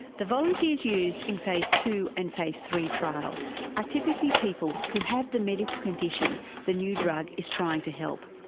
the volunteers used in phase two and phase three trials are typically people who have the medical condition the new drug is trying to help.